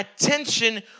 attention